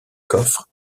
coffre